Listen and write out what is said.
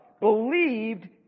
believed